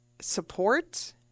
support